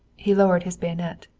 he lowered his bayonet.